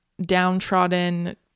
downtrodden